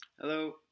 Hello